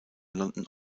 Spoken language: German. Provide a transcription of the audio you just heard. london